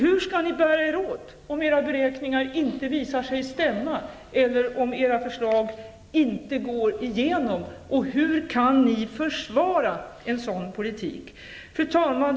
Hur skall ni bära er åt om era beräkningar inte visar sig stämma eller om era förslag inte går igenom? Och hur kan ni försvara en sådan politik? Fru talman!